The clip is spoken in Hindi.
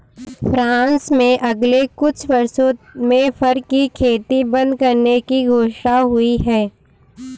फ्रांस में अगले कुछ वर्षों में फर की खेती बंद करने की घोषणा हुई है